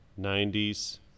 90s